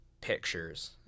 pictures